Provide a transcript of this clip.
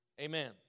Amen